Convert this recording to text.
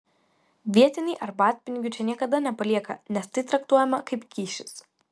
vietiniai arbatpinigių čia niekada nepalieka nes tai traktuojama kaip kyšis